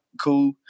cool